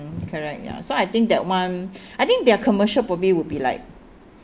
correct ya so I think that [one] I think their commercial probably would be like